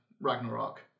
Ragnarok